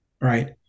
Right